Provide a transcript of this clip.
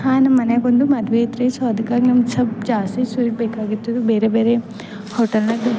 ಹಾಂ ನಮ್ಮ ಮನೆಯಾಗೊಂದು ಮದುವೆ ಐತ್ರಿ ಸೊ ಅದಕ್ಕಾಗಿ ನಮ್ಗೆ ಸ್ವಲ್ಪ ಜಾಸ್ತಿ ಸ್ವೀಟ್ ಬೇಕಾಗಿತ್ತು ಬೇರೆ ಬೇರೆ ಹೋಟೆಲ್ನಲ್ಲಿ